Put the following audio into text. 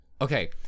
okay